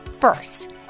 First